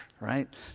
right